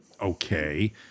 Okay